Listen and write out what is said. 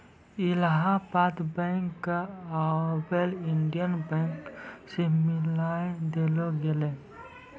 Allahabad bank क आबै Indian बैंको मे मिलाय देलो गेलै